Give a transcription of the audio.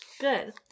Good